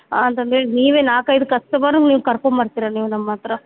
ಅಂತಂದು ಹೇಳಿ ನೀವೆ ನಾಲ್ಕು ಐದು ಕಸ್ಟಮರು ನೀವು ಕರ್ಕೊಂಡ್ಬರ್ತೀರ ನೀವು ನಮ್ಮ ಹತ್ರ